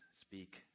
Speak